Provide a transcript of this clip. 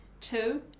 Two